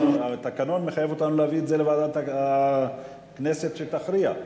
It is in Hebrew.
התקנון מחייב אותנו להביא את זה לוועדת הכנסת שתכריע,